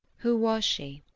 who was she?